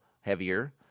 heavier